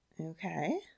Okay